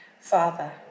Father